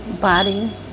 body